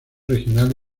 regional